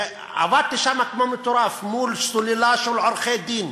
עבדתי שם כמו מטורף מול סוללה של עורכי-דין,